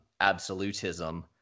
absolutism